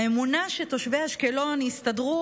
האמונה שתושבי אשקלון יסתדרו,